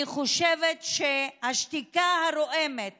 אני חושבת שהשתיקה הרועמת